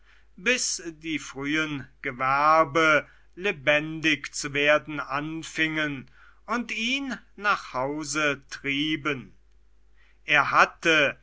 bis die frühen gewerbe lebendig zu werden anfingen und ihn nach hause trieben er hatte